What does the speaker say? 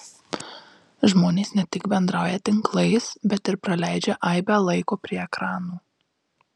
žmonės ne tik bendrauja tinklais bet ir praleidžia aibę laiko prie ekranų